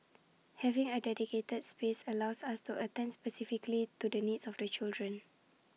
having A dedicated space allows us to attend specifically to the needs of children